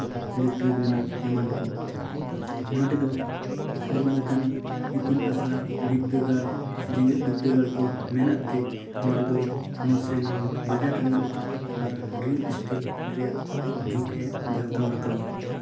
electric ᱨᱮᱱᱟᱜ ᱮᱢᱟᱱ ᱠᱚ ᱱᱚᱰᱮ ᱫᱚ ᱟᱭᱢᱟ ᱞᱮᱠᱟᱱ ᱤᱛᱩᱱ ᱟᱥᱲᱟ ᱵᱤᱫᱽᱫᱟᱹᱜᱟᱲ ᱥᱮ ᱡᱮᱸᱜᱮᱛ ᱵᱤᱫᱽᱫᱟᱹᱜᱟᱲ ᱠᱚ ᱢᱮᱱᱟᱜ ᱛᱮ ᱱᱚᱰᱮ ᱫᱚ ᱱᱚᱣᱟ ᱥᱮ ᱱᱚᱣᱟ ᱵᱟᱡᱟᱨ ᱨᱮᱱᱟᱜ ᱟᱨ ᱨᱮᱹᱞ ᱤᱥᱴᱤᱞ ᱨᱮᱭᱟᱜ ᱡᱷᱩᱸᱠ ᱮ ᱡᱷᱟᱞᱠᱟᱣ ᱨᱟᱠᱟᱵᱟ